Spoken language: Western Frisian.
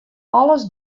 alles